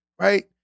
right